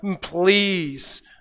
please